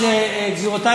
אחרי